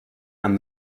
and